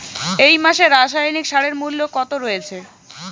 এই মাসে রাসায়নিক সারের মূল্য কত রয়েছে?